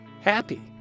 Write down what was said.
happy